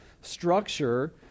structure